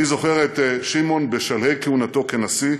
אני זוכר את שמעון בשלהי כהונתו כנשיא,